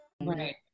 Right